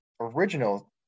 original